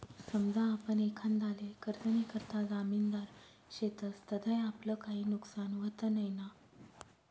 समजा आपण एखांदाले कर्जनीकरता जामिनदार शेतस तधय आपलं काई नुकसान व्हत नैना?